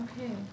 Okay